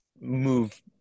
move